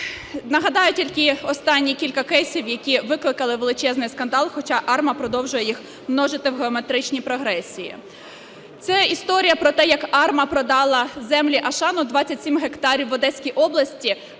Нагадаю тільки останні кілька кейсів, які викликали величезний скандал, хоча АРМА продовжує їх множити в геометричній прогресії. Це історія про те, як АРМА продала землі "Ашану", 27 гектарів в Одеській області,